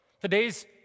Today's